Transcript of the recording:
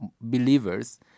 believers